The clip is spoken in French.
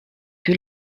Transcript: que